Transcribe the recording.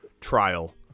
trial